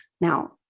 Now